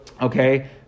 Okay